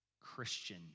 Christian